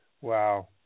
Wow